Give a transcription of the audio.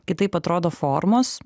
kitaip atrodo formos